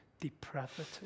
depravity